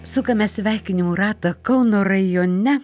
sukame sveikinimų ratą kauno rajone